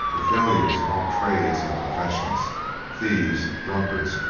the failures of all trades and professions thieves, drunkards,